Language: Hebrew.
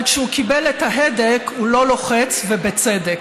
אבל כשהוא קיבל את ההדק, הוא לא לוחץ, ובצדק.